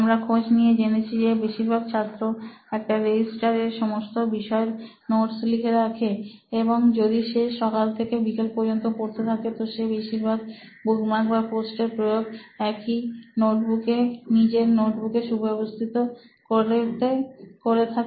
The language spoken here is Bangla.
আমরা খোঁজ নিয়ে জেনেছি যে বেশিরভাগ ছাত্র একটা রেজিস্টার এর সমস্ত বিষয়ের নোট লিখে রাখে এবং যদি সে সকাল থেকে বিকেল পর্যন্ত পড়তে থাকে তো সে বেশিরভাগ বুকমার্ক বা পোস্ট এর প্রয়োগ একই নোটবুকে নিজের নোটবুকে সুব্যবস্থিত করতে করে থাকে